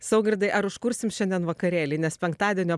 saugirdai ar užkursim šiandien vakarėlį nes penktadienio